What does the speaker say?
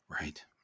Right